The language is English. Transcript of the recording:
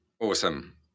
awesome